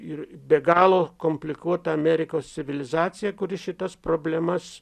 ir be galo komplikuota amerikos civilizacija kuri šitas problemas